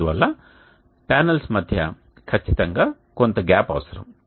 అందువల్ల ప్యానెల్స్ మధ్య ఖచ్చితంగా కొంత గ్యాప్ అవసరం